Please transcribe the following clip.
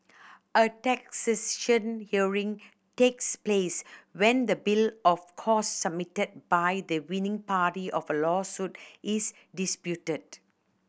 a hearing takes place when the bill of costs submitted by the winning party of a lawsuit is disputed